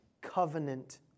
covenant